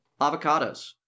avocados